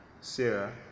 Sarah